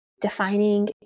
defining